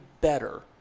better